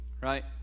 Right